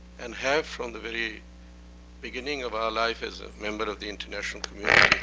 and have from the very beginning of our life as a member of the international community,